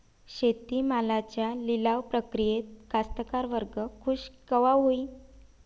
शेती मालाच्या लिलाव प्रक्रियेत कास्तकार वर्ग खूष कवा होईन?